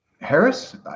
Harris